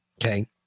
Okay